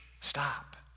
stop